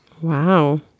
Wow